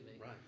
Right